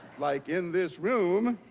like in this room.